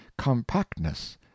compactness